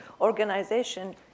organization